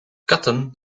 katten